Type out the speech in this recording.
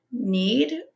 need